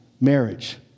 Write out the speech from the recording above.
marriage